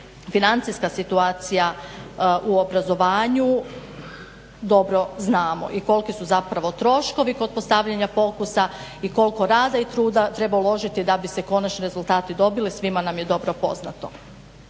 financijska situacija u obrazovanju dobro znamo i koliki su zapravo troškovi kod postavljanja pokusa i koliko rada i truda treba uložiti da bi se konačni rezultati dobili, svima nam je dobro poznato.